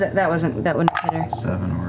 that, that wouldn't that wouldn't kind of seven